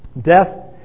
Death